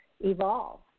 evolve